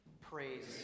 Praise